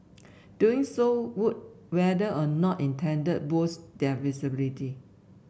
doing so would whether or not intended boost their visibility